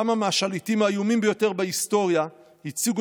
כמה מהשליטים האיומים ביותר בהיסטוריה הציגו